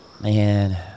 man